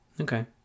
Okay